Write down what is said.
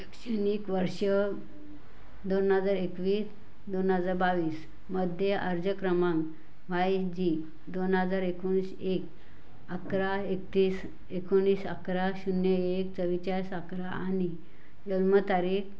शैक्षणिक वर्ष दोन हजार एकवीस दोन हजार बावीसमध्ये अर्ज क्रमांक वाय जी दोन हजार एकोणीस एक अकरा एकतीस एकोणीस अकरा शून्य एक चव्वेचाळीस अकरा आणि जन्मतारीख